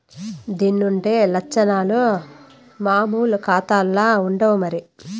దీన్లుండే లచ్చనాలు మామూలు కాతాల్ల ఉండవు మరి